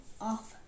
off